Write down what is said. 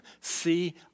See